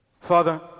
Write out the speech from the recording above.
Father